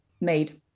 made